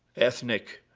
ethnic,